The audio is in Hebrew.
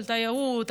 על תיירות,